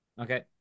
Okay